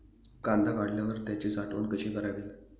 कांदा काढल्यावर त्याची साठवण कशी करावी?